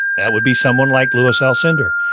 that would be someone like lewis alcindor.